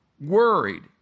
worried